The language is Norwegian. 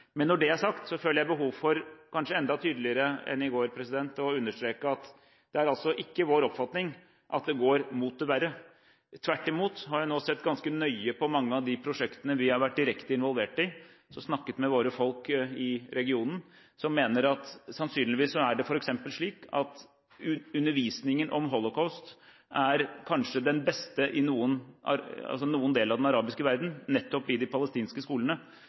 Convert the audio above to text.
Når det er sagt, føler jeg behov for – kanskje enda tydeligere enn i går – å understreke at det ikke er vår oppfatning at det går mot det verre. Tvert imot har jeg nå sett ganske nøye på mange av de prosjektene vi har vært direkte involvert i, og snakket med våre folk i regionen som mener at det sannsynligvis er slik at undervisningen om holocaust nettopp i de palestinske skolene kanskje er den beste i den arabiske verden. Det er nettopp på grunn av